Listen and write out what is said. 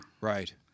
right